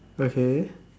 okay